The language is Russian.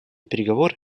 переговоры